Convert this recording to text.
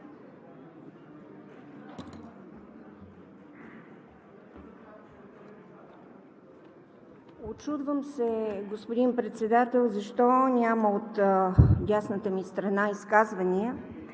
Учудвам се, господин Председател, защо няма от дясната ми страна изказвания,